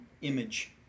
image